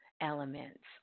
elements